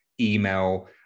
email